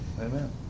Amen